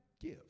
give